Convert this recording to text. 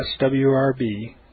SWRB